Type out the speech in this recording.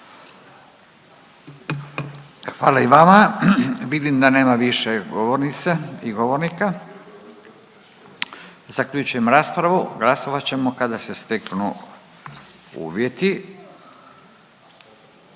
Hvala i vama. Vidim da nema više govornica i govornika. Zaključujem raspravu, glasovat ćemo kada se steknu uvjeti.